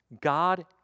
God